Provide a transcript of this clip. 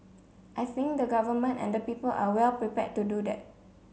I think the Government and the people are well prepared to do that